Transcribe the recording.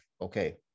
Okay